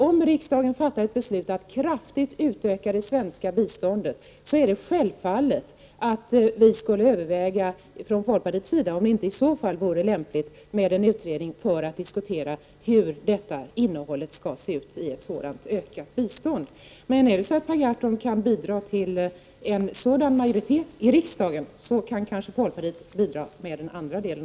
Om riksdagen fattar ett beslut att kraftigt utöka det svenska biståndet, så är det självklart att vi från folkpartiets sida skulle överväga om det inte i så fall vore lämpligt med en utredning för att diskutera hur innehållet i ett sådant, utökat bistånd skall se ut. Är det så att Per Gahrton kan bidra till en sådan majoritet i riksdagen, så kan kanske folkpartiet bidra med den andra delen.